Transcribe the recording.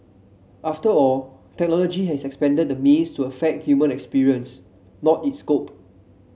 after all technology has expanded the means to affect human experience not its scope